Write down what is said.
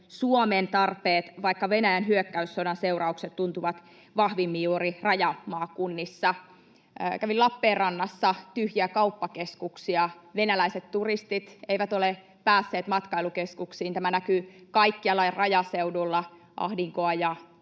Suomen tarpeet, vaikka Venäjän hyökkäyssodan seuraukset tuntuvat vahvimmin juuri rajamaakunnissa. Kävin Lappeenrannassa — tyhjiä kauppakeskuksia, venäläiset turistit eivät ole päässeet matkailukeskuksiin. Tämä näkyy kaikkialla rajaseudulla: on ahdinkoa, ja asunnot